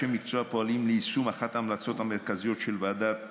אנשי המקצוע פועלים ליישום אחת ההמלצות המרכזיות של ועדת ברלינר,